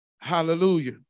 Hallelujah